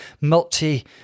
multi